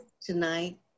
tonight